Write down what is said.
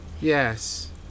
yes